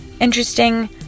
interesting